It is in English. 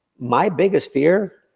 my biggest fear,